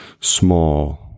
small